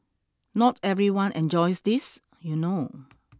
not everyone enjoys this you know